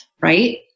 right